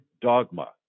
dogma